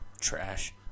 trash